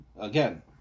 again